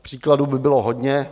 Příkladů by bylo hodně.